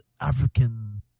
African